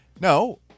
No